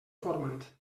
format